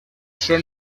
són